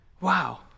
wow